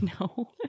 No